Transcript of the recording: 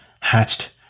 hatched